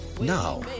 Now